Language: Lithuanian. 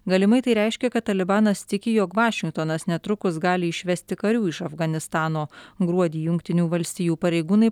galimai tai reiškia kad talibanas tiki jog vašingtonas netrukus gali išvesti karių iš afganistano gruodį jungtinių valstijų pareigūnai